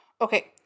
okay